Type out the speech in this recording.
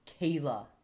kayla